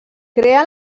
creà